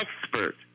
expert